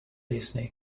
disney